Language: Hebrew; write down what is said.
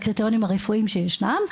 לקריטריונים הרפואיים שישנם.